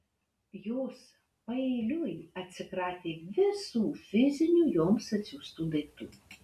jos paeiliui atsikratė visų fizinių joms atsiųstų daiktų